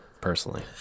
personally